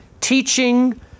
teaching